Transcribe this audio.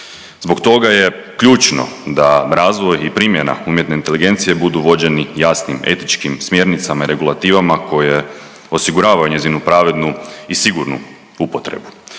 Zbog toga je ključno da razvoj i primjena umjetne inteligencije budu vođeni jasnim etičkim smjernicama i regulativama koje osiguravaju njezinu pravednu i sigurnu upotrebu.